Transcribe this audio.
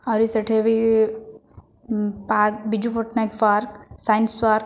ଆହୁରି ସେଠି ବି park Biju Patnaik park science park